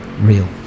real